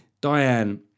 Diane